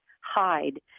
hide